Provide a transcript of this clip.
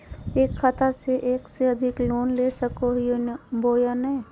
एक खाता से एक से अधिक लोन ले सको हियय बोया नय?